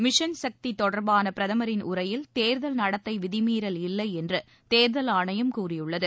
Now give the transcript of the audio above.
mission Shakti தொடர்பான பிரதமரின் உரையில் தேர்தல் நடத்தை விதிமீறல் இல்லை என்று தேர்தல் ஆணையம் கூறியுள்ளது